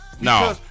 No